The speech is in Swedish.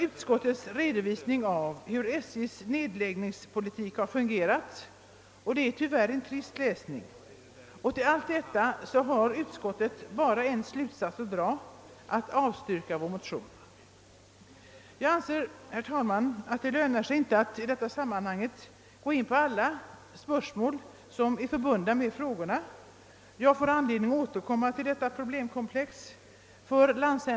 Utskottet redovisar hur SJ:s nedläggningspolitik har fungerat, och det är tyvärr en trist läsning. Efter allt detta har utskottet bara en slutsats att dra, nämligen att man bör avstyrka vår motion. Jag anser, herr talman, att det inte lönar sig att i detta sammanhang gå in på alla de spörsmål som är förbundna med dessa frågor. Jag får anledning att senare återkomma till detta problemkomplex.